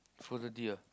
four thirty ah